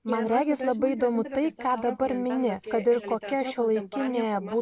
man regis labai įdomu tai ką dabar mini kad ir kokia šiuolaikinė būt